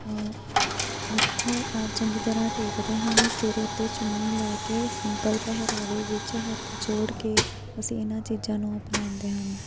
ਮੱਥਾ ਚੰਗੀ ਤਰ੍ਹਾਂ ਟੇਕਦੇ ਹਨ ਸਿਰ ਉੱਤੇ ਚੁੰਨੀ ਲੈ ਕੇ ਸਿੰਪਲ ਪਹਿਰਾਵੇ ਵਿੱਚ ਹੱਥ ਜੋੜ ਕੇ ਅਸੀਂ ਇਹਨਾਂ ਚੀਜ਼ਾਂ ਨੂੰ ਅਪਣਾਉਂਦੇ ਹਨ